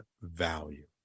value